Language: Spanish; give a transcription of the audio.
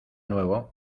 nuevo